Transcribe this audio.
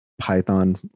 Python